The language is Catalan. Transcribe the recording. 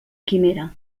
quimera